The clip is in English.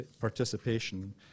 participation